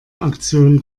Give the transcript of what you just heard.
aktion